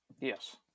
Yes